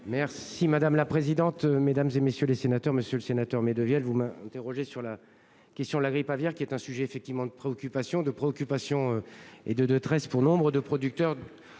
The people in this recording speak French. Merci madame la présidente, mesdames et messieurs les sénateurs, monsieur le sénateur mais deviennent vous m'interrogez sur la question de la grippe aviaire, qui est un sujet effectivement de préoccupation de préoccupation et de de 13 pour nombre de producteurs.